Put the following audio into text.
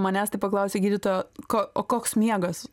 manęs tai paklausė gydytoja ko o koks miegas